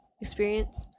experience